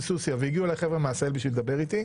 והגיעו אליי חבר'ה מעשהאל בשביל לדבר איתי.